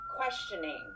questioning